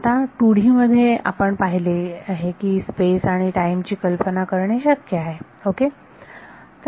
आता 2D मध्ये आपण पाहिले आहे की स्पेस आणि टाईम ची कल्पना करणे शक्य आहे ओके